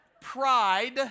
pride